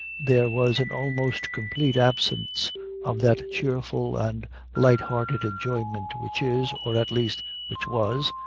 there was an almost complete absence of that cheerful and light-hearted enjoyment which is, or at least which was,